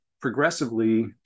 progressively